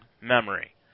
memory